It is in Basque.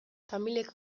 tamilek